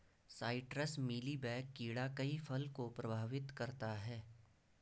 citrus mealy bug कीड़ा कई फल को प्रभावित करता है